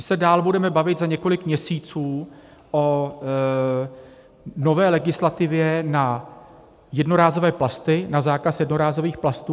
My se dál budeme bavit za několik měsíců o nové legislativě na jednorázové plasty, na zákaz jednorázových plastů.